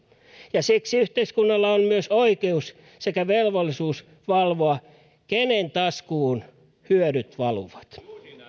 ja siksi yhteiskunnalla on myös oikeus sekä velvollisuus valvoa kenen taskuun hyödyt valuvat